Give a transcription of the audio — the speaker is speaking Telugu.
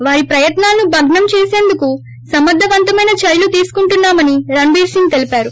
వారి ప్రయత్నాలను భగ్నం చేసేందుకు సమర్దవంతమైన చర్యలు తీసుకుంటున్నా మని రణ్బీర్ సింగ్ తెలిపారు